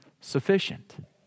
sufficient